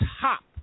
top